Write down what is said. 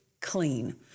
clean